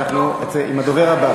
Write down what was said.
אבל אנחנו עם הדובר הבא.